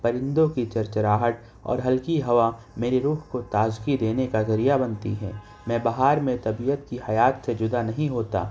پرندوں کی چرچراہٹ اور ہلکی ہوا میری روح کو تازگی دینے کا ذریعہ بنتی ہے میں بہار میں طبیعت کی حیات سے جدا نہیں ہوتا